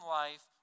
life